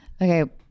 okay